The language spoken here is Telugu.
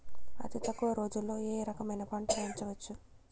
అతి తక్కువ రోజుల్లో ఏ రకమైన పంట పెంచవచ్చు?